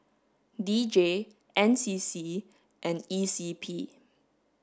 D J N C C and E C P